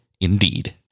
Indeed